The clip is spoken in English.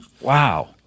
Wow